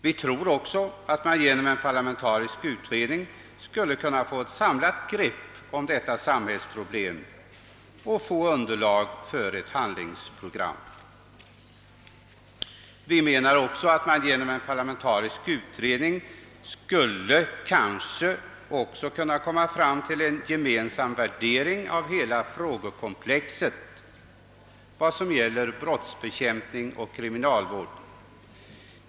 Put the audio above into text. Vi tror också att man genom en parlamentarisk utredning skulle kunna få ett samlat grepp på detta samhällsproblem och erhålla underlag för ett handlingsprogram. Vidare skulle man genom en parlamentarisk utredning kanske kunna komma fram till en gemensam värdering av hela frågekomplexet vad gäller brottsbekämpning och kriminalvård.